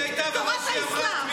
איפה שהיא הייתה ומה שהיא אמרה,